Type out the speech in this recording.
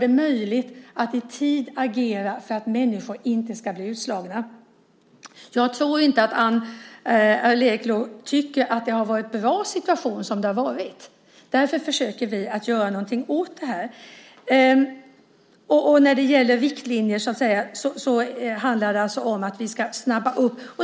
Det ska bli möjligt att agera i tid för att människor inte ska bli utslagna. Jag tror inte att Ann Arleklo tycker att det har varit en bra situation. Därför försöker vi göra någonting åt den. När det gäller riktlinjer handlar det alltså om att vi ska snabba upp.